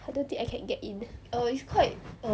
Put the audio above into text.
I don't think I can't get in